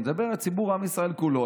אני מדבר על עם ישראל כולו,